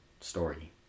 story